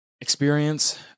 experience